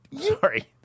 Sorry